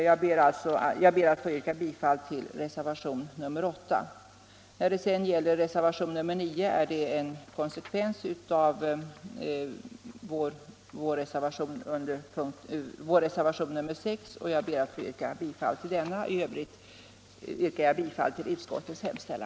Jag ber att få yrka bifall till reservationen 8.